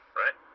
right